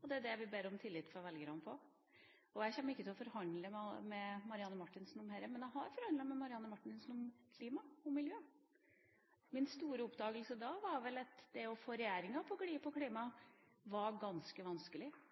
og det er det vi ber om tillit fra velgerne på. Jeg kommer ikke til å forhandle med Marianne Marthinsen om dette, men jeg har forhandlet med Marianne Marthinsen om klima og miljø. Min store oppdagelse da var